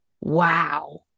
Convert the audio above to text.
Wow